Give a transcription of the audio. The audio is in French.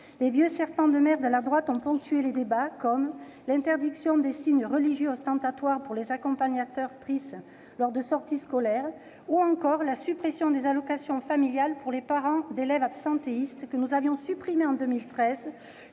Les vieux serpents de mer de la droite ont ponctué les débats, comme l'interdiction des signes religieux ostentatoires pour les accompagnateurs ou accompagnatrices lors des sorties scolaires, ou encore la suppression des allocations familiales pour les parents d'élèves absentéistes. Cette mesure, que nous avions supprimée en 2013,